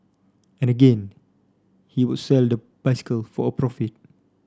and again he would sell the bicycle for a profit